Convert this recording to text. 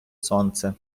сонце